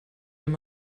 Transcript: wenn